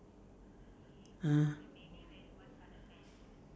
ah